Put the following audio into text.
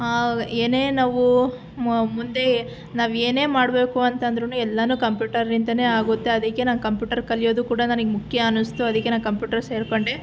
ಏನೇ ನಾವು ಮುಂದೆ ನಾವು ಏನೇ ಮಾಡಬೇಕು ಅಂತಂದರೂನು ಎಲ್ಲನೂ ಕಂಪ್ಯೂಟರಿಂದನೇ ಆಗುತ್ತೆ ಅದಕ್ಕೆ ನಾನು ಕಂಪ್ಯೂಟರ್ ಕಲಿಯೋದು ಕೂಡ ನನಗೆ ಮುಖ್ಯ ಅನ್ನಿಸ್ತು ಅದಕ್ಕೆ ನಾನು ಕಂಪ್ಯೂಟರ್ ಸೇರಿಕೊಂಡೆ